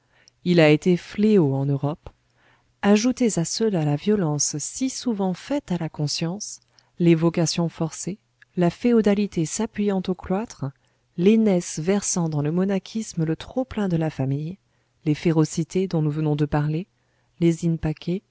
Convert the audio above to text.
il a été fléau en europe ajoutez à cela la violence si souvent faite à la conscience les vocations forcées la féodalité s'appuyant au cloître l'aînesse versant dans le monachisme le trop-plein de la famille les férocités dont nous venons de parler les in pace